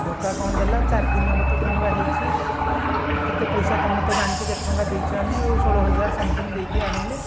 ଧୋକା କ'ଣ ଦେଲା ଚାରିଦିନ ହେବ ତ କିଣିବା ହେଇଛି କେତେ ପଇସା ତୁମେ ତ ଜାଣିଛ କେତେ ଟଙ୍କା ଦେଇଛେ ଆମେ ଆଉ ଷୋଳହଜାର ସମଥିଙ୍ଗ ଦେଇକି ଆଣିଲେ